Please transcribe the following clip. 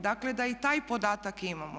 Dakle da i taj podatak imamo.